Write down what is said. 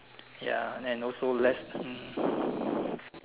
ya and also less hmm